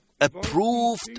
Approved